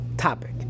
topic